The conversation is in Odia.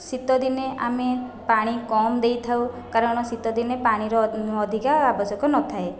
ଶୀତ ଦିନେ ଆମେ ପାଣି କମ୍ ଦେଇଥାଉ କାରଣ ଶୀତ ଦିନେ ପାଣି ର ଅଧିକା ଆବଶ୍ୟକ ନଥାଏ